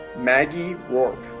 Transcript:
maggie rourke.